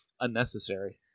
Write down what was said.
unnecessary